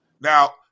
Now